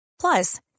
Plus